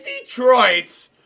Detroit